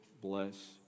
bless